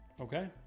Okay